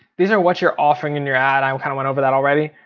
these are what you're offering in your ad i kind of went over that already.